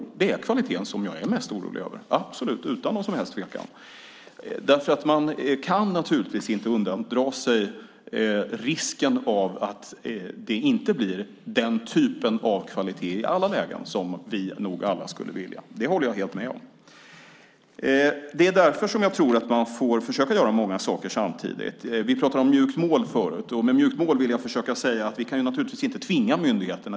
Det är kvaliteten som jag är mest orolig över, absolut, utan någon som helst tvekan. Man kan inte undandra sig risken av att det inte blir den typ av kvalitet i alla lägen som vi nog alla skulle vilja. Det håller jag helt med om. Det är därför som jag tror att man får försöka göra många saker samtidigt. Vi pratade om mjukt mål förut. Med mjukt mål vill jag försöka säga att vi naturligtvis inte kan tvinga myndigheterna.